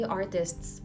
artists